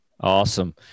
Awesome